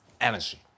energy